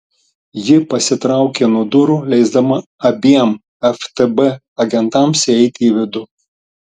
ji pasitraukė nuo durų leisdama abiem ftb agentams įeiti į vidų